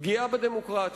פגיעה בדמוקרטיה.